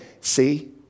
see